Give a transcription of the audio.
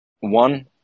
One